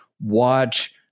watch